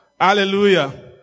Hallelujah